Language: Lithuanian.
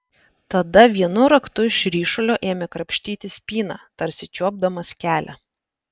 tada vienu raktu iš ryšulio ėmė krapštyti spyną tarsi čiuopdamas kelią